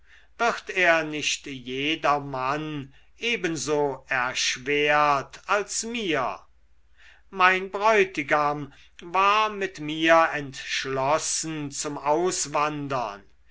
wird er nicht jedermann ebensosehr erschwert als mir mein bräutigam war mit mir entschlossen zum auswandern